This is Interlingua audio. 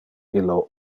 illo